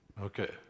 Okay